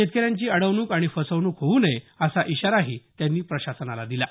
शेतकऱ्यांची अडवणूक आणि फसवणूक होऊ नये असा इशाराही त्यांनी प्रशासनाला दिला आहे